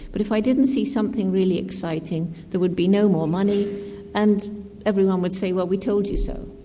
but if i didn't see something really exciting there would be no more money and everyone would say well, we told you so'.